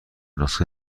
نسخه